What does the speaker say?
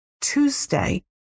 Tuesday